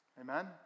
Amen